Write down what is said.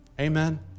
Amen